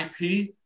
IP